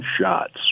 shots